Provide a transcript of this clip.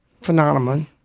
phenomenon